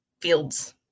fields